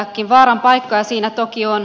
vaaran paikkoja siinä toki on